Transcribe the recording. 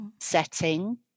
setting